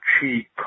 cheap